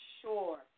sure